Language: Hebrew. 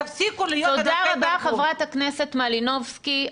תודה רבה, חברת הכנסת מלינובסקי.